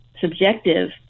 subjective